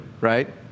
right